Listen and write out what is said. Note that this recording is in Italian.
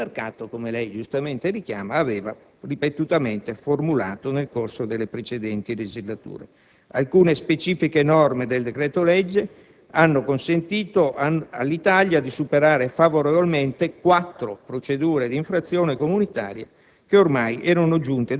della concorrenza e del mercato, come lei, senatore Quagliariello, giustamente richiama, aveva ripetutamente formulato nel corso delle precedenti legislature; alcune specifiche norme del decreto‑legge hanno altresì consentito all'Italia di superare favorevolmente quattro procedure d'infrazione comunitaria